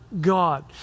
God